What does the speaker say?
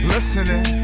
Listening